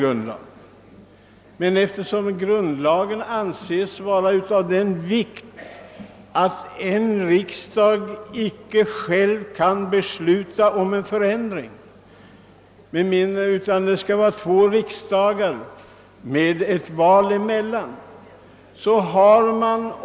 Grundlagen anses emellertid vara av sådan vikt att en riksdag icke själv kan besluta om en förändring, utan beslutet måste fattas av två riksdagar med ett andrakammarval emellan.